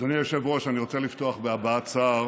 אדוני היושב-ראש, אני רוצה לפתוח בהבעת צער